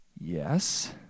yes